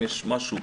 אם יש משהו.